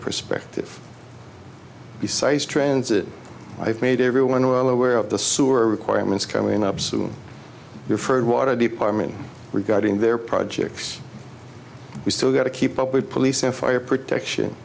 perspective he cites transit i've made everyone well aware of the sewer requirements coming up soon referred water department regarding their projects we still got to keep up with police and fire protection